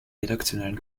redaktionellen